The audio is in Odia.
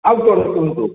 ଆଉ କ'ଣ କୁହନ୍ତୁ